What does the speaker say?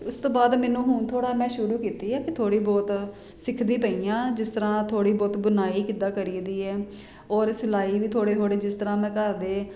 ਉਸ ਤੋਂ ਬਾਅਦ ਮੈਨੂੰ ਹੁਣ ਥੋੜ੍ਹਾ ਮੈਂ ਸ਼ੁਰੂ ਕੀਤੀ ਹੈ ਕਿ ਥੋੜ੍ਹੀ ਬਹੁਤ ਸਿੱਖਦੀ ਪਈ ਹਾਂ ਜਿਸ ਤਰ੍ਹਾਂ ਥੋੜ੍ਹੀ ਬਹੁਤ ਬੁਣਾਈ ਕਿੱਦਾਂ ਕਰੀਦੀ ਹੈ ਔਰ ਸਿਲਾਈ ਵੀ ਥੋੜ੍ਹੇ ਥੋੜ੍ਹੇ ਜਿਸ ਤਰ੍ਹਾਂ ਮੈਂ ਘਰ ਦੇ